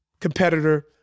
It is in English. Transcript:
competitor